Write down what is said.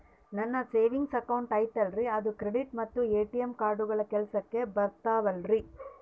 ನನ್ನ savings account ಐತಲ್ರೇ ಅದು ಕ್ರೆಡಿಟ್ ಮತ್ತ ಎ.ಟಿ.ಎಂ ಕಾರ್ಡುಗಳು ಕೆಲಸಕ್ಕೆ ಬರುತ್ತಾವಲ್ರಿ?